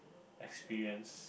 experience